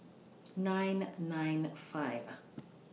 nine nine five